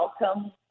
welcome